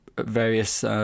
various